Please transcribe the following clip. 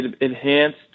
enhanced